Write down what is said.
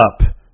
up